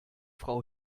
frau